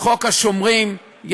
חוק השומרים,